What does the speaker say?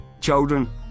children